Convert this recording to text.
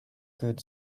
good